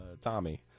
Tommy